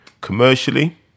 commercially